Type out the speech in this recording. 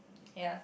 ya